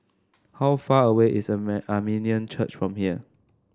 how far away is Armenian Church from here